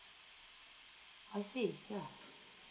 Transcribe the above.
I see yeah